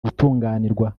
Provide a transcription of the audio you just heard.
gutunganirwa